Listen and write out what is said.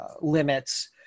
limits